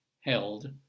held